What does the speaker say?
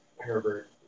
Herbert